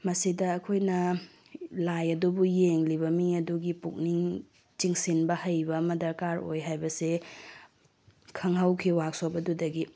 ꯃꯁꯤꯗ ꯑꯩꯈꯣꯏꯅ ꯂꯥꯏ ꯑꯗꯨꯕꯨ ꯌꯦꯡꯂꯤꯅ ꯃꯤ ꯑꯗꯨꯒꯤ ꯄꯨꯛꯅꯤꯡ ꯆꯤꯡꯁꯤꯟꯕ ꯍꯩꯕ ꯑꯃ ꯗꯔꯀꯥꯔ ꯑꯣꯏ ꯍꯥꯏꯕꯁꯦ ꯈꯪꯍꯧꯈꯤ ꯋꯥꯛꯁꯣꯞ ꯑꯗꯨꯗꯒꯤ